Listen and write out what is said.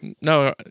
No